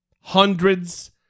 Hundreds